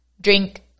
drink